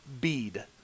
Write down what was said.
bead